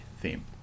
theme